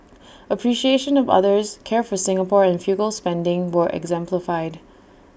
appreciation of others care for Singapore and frugal spending were exemplified